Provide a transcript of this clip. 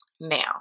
now